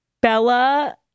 Bella